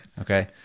Okay